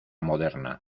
moderna